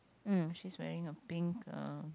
mm she's wearing a pink uh